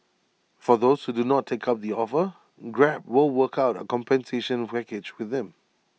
for those who do not take up the offer grab will work out A compensation package with them